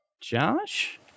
Josh